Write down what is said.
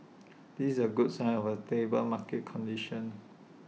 this A good sign of A stable market conditions